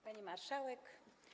Pani Marszałek!